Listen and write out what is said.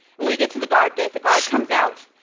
when we get to the guard gate, the guard comes out.